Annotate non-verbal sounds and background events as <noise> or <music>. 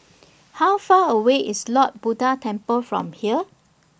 <noise> How Far away IS Lord Buddha Temple from here